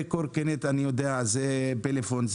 זה קורקינט, זה פלאפון,